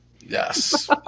Yes